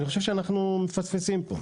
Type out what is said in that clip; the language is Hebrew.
אני חושב שאנחנו מפספסים פה.